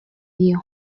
dio